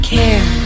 care